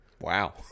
wow